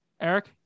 Eric